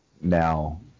now